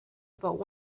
about